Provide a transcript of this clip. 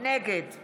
נגד